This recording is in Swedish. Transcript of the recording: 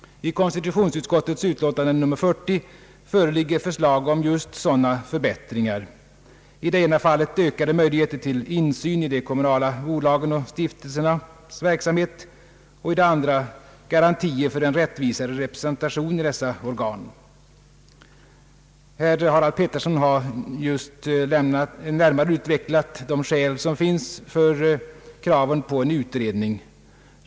I konstitutionsutskottets utlåtande nr 40 finns förslag om just sådana förbättringar — i det ena fallet ökade möjligheter till insyn i de kommunala bolagens och stiftelsernas verksamhet och i det andra fallet garantier för en rättvisare representation i dessa organ. Herr Harald Pettersson har just närmare utvecklat de skäl som finns för kraven på en utredning.